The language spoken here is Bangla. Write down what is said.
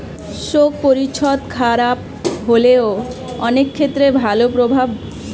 শোক পরিচ্ছদ খারাপ হলেও অনেক ক্ষেত্রে ভালো প্রভাব ফেলে